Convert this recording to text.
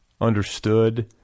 understood